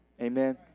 Amen